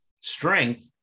strength